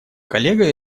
коллега